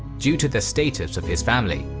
due to the status of his family,